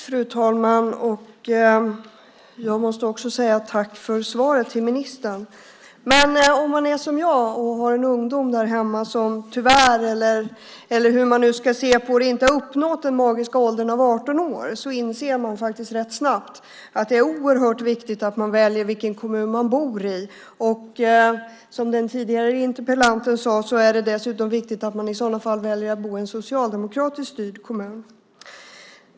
Fru talman! Tack för svaret, ministern. Om han som jag har en ungdom hemma som tyvärr inte har uppnått den magiska åldern av 18 år, inser han rätt snabbt att det är oerhört viktigt att man väljer vilken kommun man bor i. Som den tidigare interpellanten sade är det dessutom viktigt att välja att bo i en socialdemokratiskt styrd kommun.